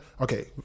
okay